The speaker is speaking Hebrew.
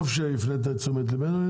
טוב שהפנית את תשומת ליבנו.